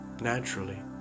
naturally